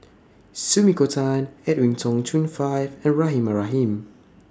Sumiko Tan Edwin Tong Chun Fai and Rahimah Rahim